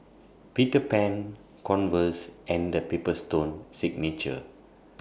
Peter Pan Converse and The Paper Stone Signature